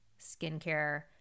skincare